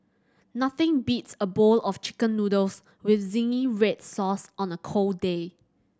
nothing beats a bowl of Chicken Noodles with zingy red sauce on a cold day